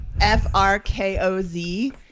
f-r-k-o-z